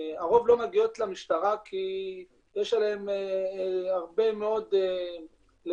הרוב לא מגיעות למשטרה כי יש עליהן הרבה מאוד לחצים,